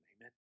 Amen